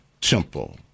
temple